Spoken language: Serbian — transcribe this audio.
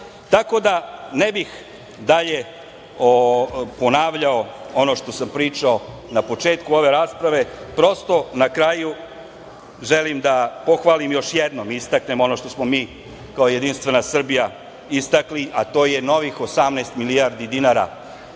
da, ne bih dalje ponavljao ono što sam pričao na početku ove rasprave. Prosto, na kraju, želim da pohvalim još jednom i istaknem ono što smo mi kao Jedinstvena Srbija istakli, a to je novih 18 milijardi dinara,